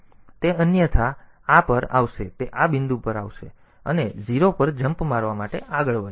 તેથી તે અન્યથા તે આ પર આવશે તે આ બિંદુ પર આવશે તે આને સાફ કરશે અને 0 પર જમ્પ મારવા માટે આગળ વધો